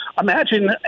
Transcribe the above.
Imagine